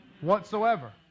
whatsoever